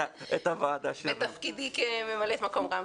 בתפקידי כממלאת מקום רם.